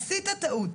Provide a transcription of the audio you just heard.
עשית טעות,